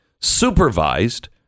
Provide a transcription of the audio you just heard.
supervised